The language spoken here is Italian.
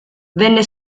venne